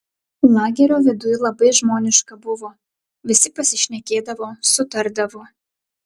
lagerio viduj labai žmoniška buvo visi pasišnekėdavo sutardavo